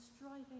striving